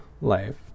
life